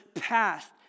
past